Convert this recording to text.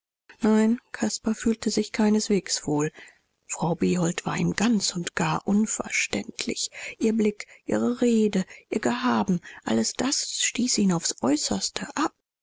nein caspar fühlte sich keineswegs wohl frau behold war ihm ganz und gar unverständlich ihr blick ihre rede ihr gehaben alles das stieß ihn aufs äußerste ab